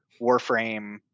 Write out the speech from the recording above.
warframe